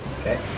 Okay